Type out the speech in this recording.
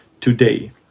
today